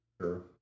Sure